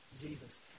Jesus